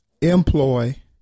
employ